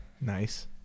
Nice